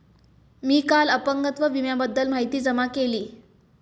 मी काल अपंगत्व विम्याबद्दल माहिती जमा केली